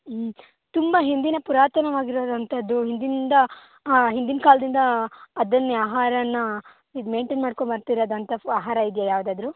ತುಂಬ ಹಿಂದಿನ ಪುರಾತನವಾಗಿರುವಂಥದ್ದು ಹಿಂದಿಂದ ಹಿಂದಿನ ಕಾಲದಿಂದ ಅದನ್ನೇ ಆಹಾರನ ಇದು ಮೇನ್ಟೈನ್ ಮಾಡ್ಕೊಬರ್ತಿರೋದು ಅಂಥ ಫು ಆಹಾರ ಇದೆಯಾ ಯಾವುದಾದ್ರೂ